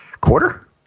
quarter